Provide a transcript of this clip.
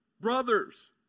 Brothers